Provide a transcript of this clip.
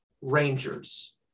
Rangers